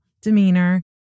demeanor